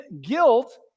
guilt